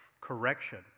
correction